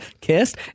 Kissed